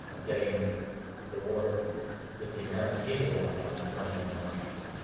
ah getting the work that the american people want done, done here in washington.